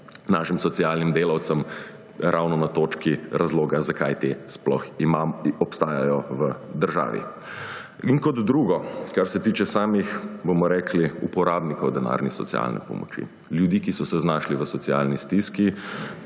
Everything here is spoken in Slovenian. našim socialnim delavcem ravno na točki razloga, zakaj te sploh obstajajo v državi. Kot drugo, kar se tiče samih uporabnikov denarnih socialnih pomoči, ljudi, ki so se znašli v socialni stiski,